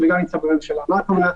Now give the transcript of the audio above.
אסור להתבסס על מספר המאומתים,